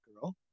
girl